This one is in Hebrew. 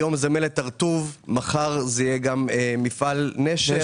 היום זה מלט הרטוב ומחר זה יהיה גם מפעל נשר.